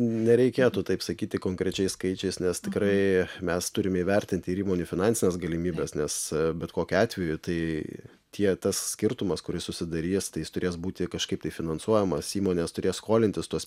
nereikėtų taip sakyti konkrečiais skaičiais nes tikrai mes turime įvertinti ir įmonių finansines galimybes nes bet kokiu atveju tai tie tas skirtumas kuris susidarys tai jis turės būti kažkaip tai finansuojamas įmonės turės skolintis tuos